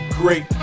great